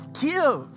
give